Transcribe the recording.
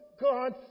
God